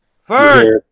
Fern